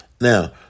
Now